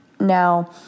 Now